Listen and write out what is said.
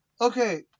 Okay